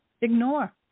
ignore